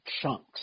chunks